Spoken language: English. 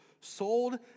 sold